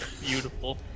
Beautiful